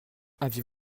aviez